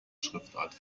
schriftart